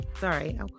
Sorry